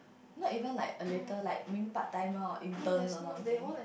not even like a little like maybe part timer or intern or something